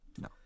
No